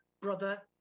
brother